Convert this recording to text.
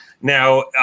Now